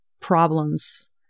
problems